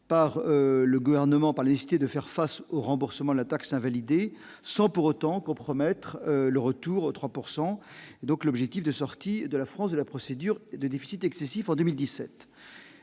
par le gouvernement parlait, c'était de faire face au remboursement de la taxe validé sans pour autant compromettre le retour aux 3 pourcent donc donc l'objectif de sortie de la France de la procédure de déficit excessif en 2017,